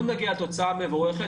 לא נגיע לתוצאה המבורכת.